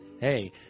Hey